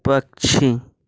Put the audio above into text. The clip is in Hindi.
पक्षी